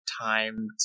time